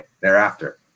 Thereafter